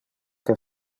que